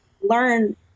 learn